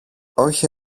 όχι